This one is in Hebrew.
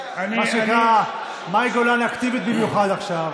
מה שנקרא, מאי גולן אקטיבית במיוחד עכשיו.